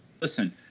Listen